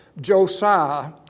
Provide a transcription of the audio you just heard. Josiah